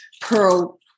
pearl